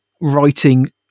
writing